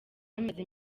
amaze